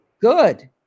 good